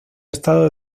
estado